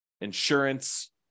insurance